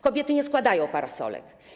Kobiety nie składają parasolek.